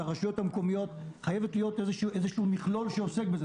הרשויות המקומיות חייב להיות מכלול שעוסק בזה.